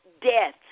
death